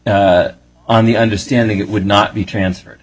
on the understanding it would not be transferred